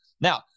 Now